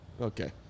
Okay